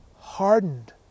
hardened